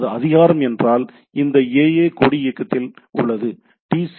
அது அதிகாரம் என்றால் இந்த ஏஏ கொடி இயக்கத்தில் உள்ளது டி